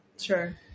Sure